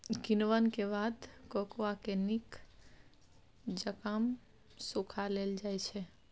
किण्वन के बाद कोकोआ के नीक जकां सुखा लेल जाइ छइ